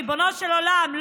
ריבונו של עולם,